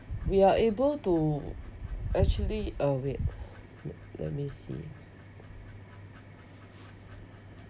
we are able to actually uh wait let me see